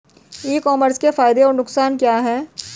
ई commerce के फायदे और नुकसान क्या हैं?